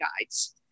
guides